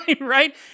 right